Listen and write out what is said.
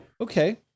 Okay